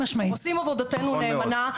אנחנו עושים עבודתנו נאמנה.